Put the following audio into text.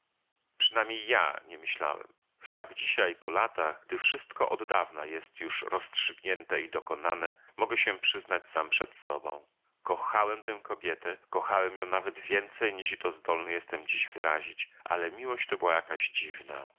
przynajmniej ja nie myślałem wszak dzisiaj po latach gdy wszystko od dawna jest już rozstrzygnięte i dokonane mogę się przyznać sam przed sobą kochałem tę kobietę kochałem ją nawet więcej niźli to zdolny jestem dziś wyrazić ale miłość to była jakaś dziwna